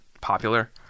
popular